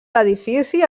l’edifici